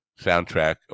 soundtrack